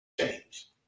change